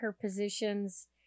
positions